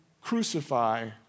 crucify